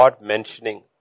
mentioning